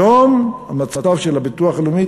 היום המצב של הביטוח הלאומי,